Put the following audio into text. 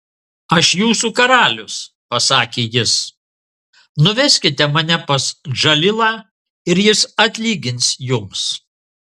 aš jūsų karalius pasakė jis nuveskite mane pas džalilą ir jis atlygins jums